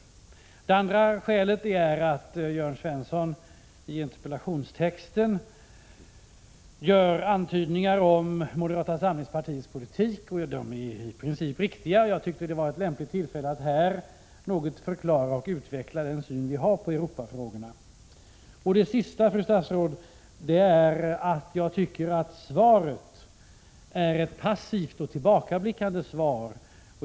Det andra skälet är att Jörn Svensson i interpellationstexten gör antydningar om moderata samlingspartiets politik, och i princip är dessa antydningar riktiga. Jag tyckte därför att det var ett lämpligt tillfälle att här något förklara och utveckla den syn som vi har på Europafrågorna. Det tredje skälet, fru statsråd, är att jag tycker att svaret är ett passivt och tillbakablickande svar.